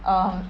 err